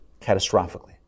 catastrophically